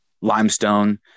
limestone